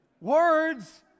Words